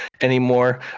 anymore